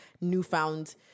newfound